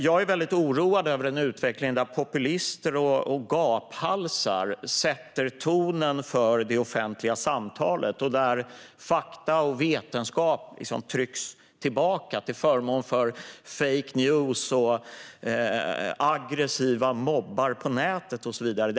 Jag är väldigt oroad över den utveckling där populister och gaphalsar sätter tonen för det offentliga samtalet och där fakta och vetenskap trycks tillbaka till förmån för fake news, aggressiva mobbar på nätet och så vidare.